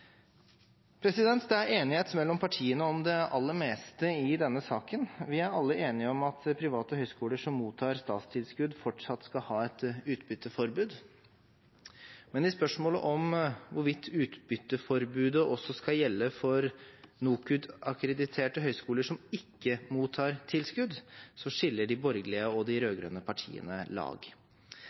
Det er enighet mellom partiene om det aller meste i denne saken. Vi er alle enige om at private høyskoler som mottar statstilskudd, fortsatt skal ha et utbytteforbud, men i spørsmålet om hvorvidt utbytteforbudet også skal gjelde for NOKUT-akkrediterte høyskoler som ikke mottar tilskudd, skiller de borgerlige og de rød-grønne partiene lag.